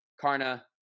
Karna